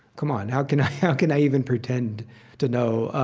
come on, how can i how can i even pretend to know?